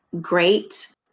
great